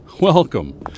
Welcome